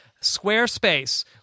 Squarespace